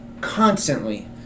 constantly